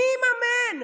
מי יממן?